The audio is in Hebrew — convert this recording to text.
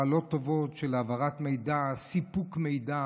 מעלות טובות של העברת מידע, סיפוק מידע,